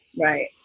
right